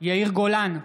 יאיר גולן,